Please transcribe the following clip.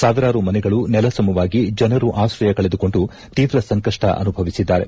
ಸಾವಿರಾರು ಮನೆಗಳ ನೆಲಸಮವಾಗಿ ಜನರು ಆಶ್ರಯ ಕಳೆದುಕೊಂಡು ತೀವ್ರ ಸಂಕಪ್ಪ ಅನುಭವಿಸಿದ್ದಾರೆ